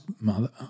mother